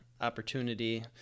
opportunity